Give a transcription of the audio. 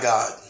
God